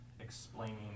explaining